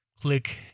click